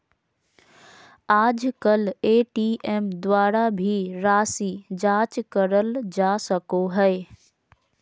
आजकल ए.टी.एम द्वारा भी राशी जाँच करल जा सको हय